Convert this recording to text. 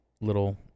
little